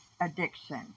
addiction